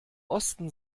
osten